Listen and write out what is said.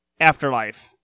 Afterlife